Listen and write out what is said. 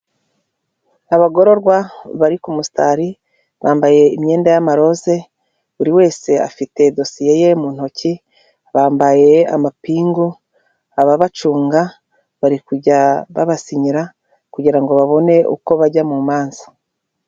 Abagororwa bari ku musitari, bambaye imyenda y'amaroze, buri wese afite dosiye ye mu ntoki, bambaye amapingu, ababacunga bari kujya babasinyira, kugira ngo babone uko bajya mu manza.